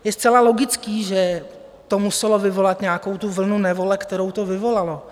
Je zcela logické, že to muselo vyvolat nějakou tu vlnu nevole, kterou to vyvolalo.